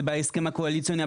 זה בהסכם הקואליציוני.